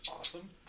awesome